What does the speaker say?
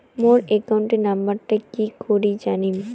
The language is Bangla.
মোর একাউন্ট নাম্বারটা কি করি জানিম?